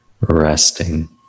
resting